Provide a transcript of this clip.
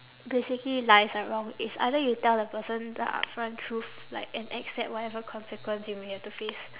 basically lies are wrong it's either you tell the person the upfront truth like and accept whatever consequence you may have to face